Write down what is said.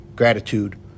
Gratitude